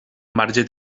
marge